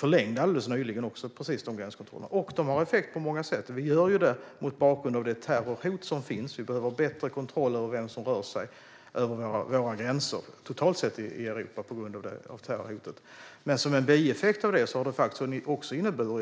Precis alldeles nyligen förlängde vi också dessa gränskontroller mot bakgrund av de terrorhot som finns totalt sett i Europa. Vi behöver ha bättre kontroll av vem som rör sig över våra gränser. Som en bieffekt av detta har